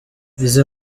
izi